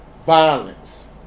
Violence